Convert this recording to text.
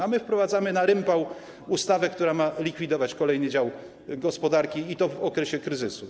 A my wprowadzamy na rympał ustawę, która ma likwidować kolejny dział gospodarki, i to w okresie kryzysu.